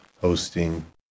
hosting